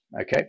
Okay